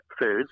foods